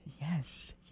yes